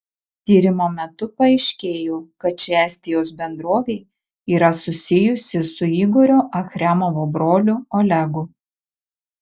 tyrimo metu paaiškėjo kad ši estijos bendrovė yra susijusi su igorio achremovo broliu olegu